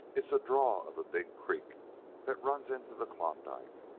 it's a draw of a big creek that runs into the klondike.